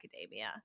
academia